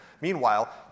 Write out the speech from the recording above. Meanwhile